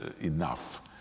enough